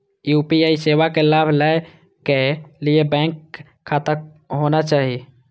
UPI सेवा के लाभ लै के लिए बैंक खाता होना चाहि?